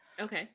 Okay